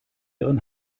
ihren